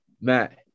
Matt